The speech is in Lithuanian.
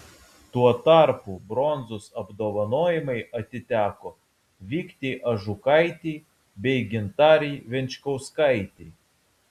tuo tarpu bronzos apdovanojimai atiteko viktei ažukaitei bei gintarei venčkauskaitei